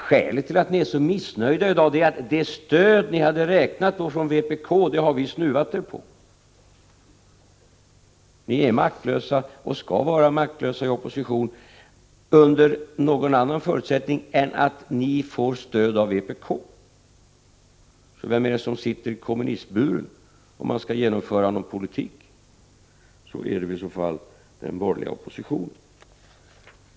Skälet till att ni är så missnöjda i dag är att det stöd ni hade räknat med från vpk har vi snuvat er på. Ni är maktlösa, och ni skall vara maktlösa i opposition, under varje annan förutsättning än att ni får stöd av vpk. Så vem är det som sitter i kommunistburen? Om man skall genomföra någon politik, är det väli så fall den borgerliga oppositionen.